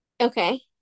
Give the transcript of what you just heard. Okay